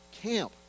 Camp